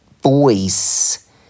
voice